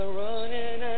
running